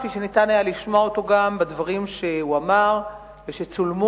כפי שניתן היה לשמוע אותו גם בדברים שהוא אמר ושצולמו,